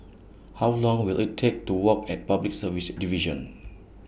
How Long Will IT Take to Walk At Public Service Division